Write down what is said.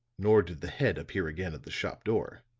nor did the head appear again at the shop door.